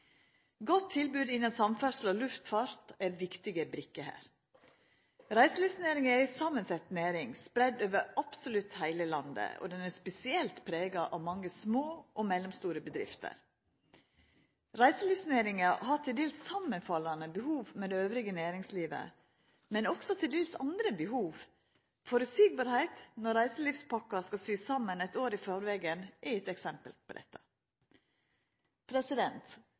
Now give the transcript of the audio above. godt tilbod innan samferdsel og luftfart er viktige brikker her. Reiselivsnæringa er ei samansett næring, spreidd over absolutt heile landet, og ho er spesielt prega av mange små og mellomstore bedrifter. Reiselivsnæringa har dels samanfallande behov med næringslivet elles – dels andre behov. Føreseielegheit når reiselivspakka skal syast isaman eit år i førevegen er eitt eksempel på